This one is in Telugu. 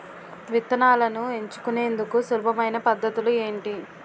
విత్తనాలను ఎంచుకునేందుకు సులభమైన పద్ధతులు ఏంటి?